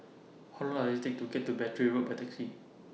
How Long Does IT Take to get to Battery Road By Taxi